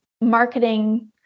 marketing